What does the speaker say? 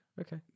Okay